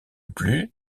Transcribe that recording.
plus